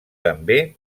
també